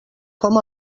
com